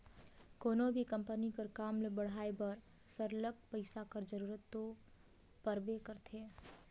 कोनो भी कंपनी कर काम ल बढ़ाए बर सरलग पइसा कर जरूरत दो परबे करथे